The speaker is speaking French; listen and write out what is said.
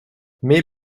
mais